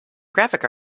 graphic